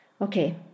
Okay